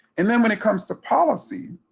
and then when it comes to policy,